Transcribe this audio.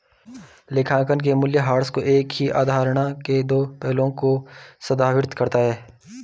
लेखांकन में मूल्यह्रास एक ही अवधारणा के दो पहलुओं को संदर्भित करता है